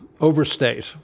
overstate